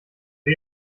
sie